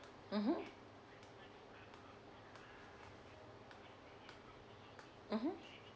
mmhmm mmhmm